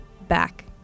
Back